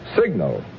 Signal